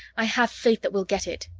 i have faith that we'll get it!